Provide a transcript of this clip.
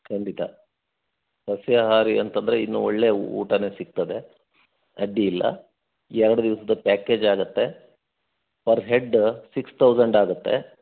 ಖಂಡಿತ ಸಸ್ಯಾಹಾರಿ ಅಂತಂದರೆ ಇನ್ನು ಒಳ್ಳೆಯ ಊಟನೆ ಸಿಗ್ತದೆ ಅಡ್ಡಿಯಿಲ್ಲ ಎರಡು ದಿವ್ಸದ ಪ್ಯಾಕೇಜ್ ಆಗತ್ತೆ ಪರ್ ಹೆಡ್ ಸಿಕ್ಸ್ ತೌಝಂಡ್ ಆಗುತ್ತೆ